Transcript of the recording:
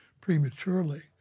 prematurely